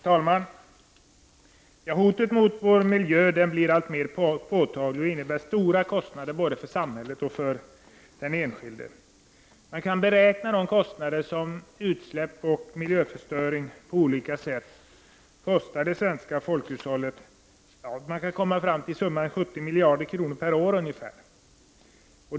Herr talman! Hotet mot vår miljö blir alltmer påtagligt och innebär stora kostnader både för samhället och för den enskilde. Man kan beräkna de kostnader som utsläpp och miljöförstöring på olika sätt förorsakar det svenska folkhushållet till ungefär 70 miljarder kronor per år.